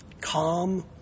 calm